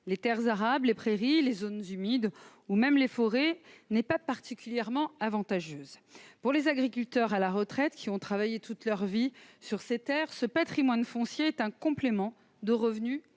les terres arables, les prairies, les zones humides ou même les forêts, n'est pas particulièrement avantageuse. Pour les agriculteurs à la retraite qui ont travaillé toute leur vie sur ses terres, ce patrimoine foncier est un complément de revenu